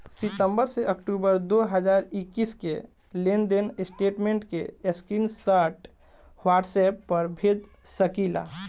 सितंबर से अक्टूबर दो हज़ार इक्कीस के लेनदेन स्टेटमेंट के स्क्रीनशाट व्हाट्सएप पर भेज सकीला?